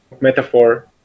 metaphor